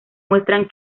muestran